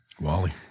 Wally